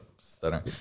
stuttering